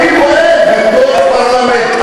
אני פועל בתוך הפרלמנט.